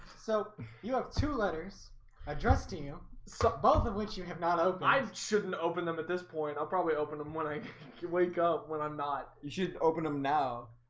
so you have two letters addressed to you so both of which you have not open i shouldn't open them at this point i'll probably open them when i wake up when i'm not you shouldn't open them now.